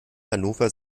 hannover